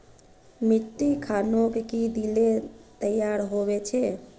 मिट्टी खानोक की दिले तैयार होबे छै?